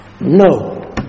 No